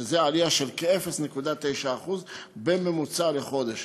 שזה עלייה של כ-0.9% בממוצע לחודש,